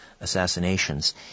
Assassinations